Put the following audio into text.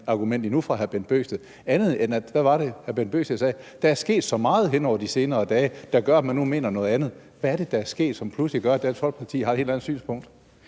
substansargument fra hr. Bent Bøgsted, andet end at der – hvad var det, hr. Bent Bøgsted sagde? – er sket så meget hen over de senere dage, der gør, at man nu mener noget andet. Hvad er det, der er sket, som pludselig gør, at Dansk Folkeparti har et helt andet synspunkt?